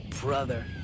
brother